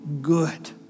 good